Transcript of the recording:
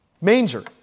Manger